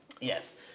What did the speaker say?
Yes